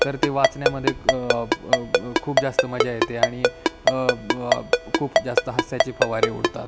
तर ते वाचण्यामध्ये खूप जास्त मजा येते आणिब खूप जास्त हास्याचे फवारे उडतात